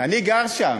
אני גר שם.